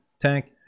tank